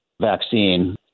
vaccine